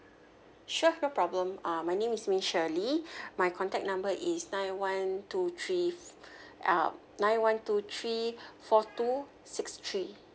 sure no problem uh my name is miss S H I R L E Y my contact number is nine one two three uh nine one two three four two six three